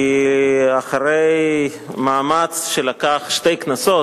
כי אחרי מאמץ שלקח שתי כנסות,